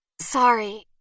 Sorry